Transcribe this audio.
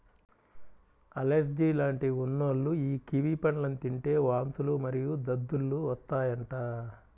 allergy లాంటివి ఉన్నోల్లు యీ కివి పండ్లను తింటే వాంతులు మరియు దద్దుర్లు వత్తాయంట